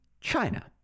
China